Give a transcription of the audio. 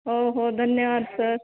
हो हो धन्यवाद सर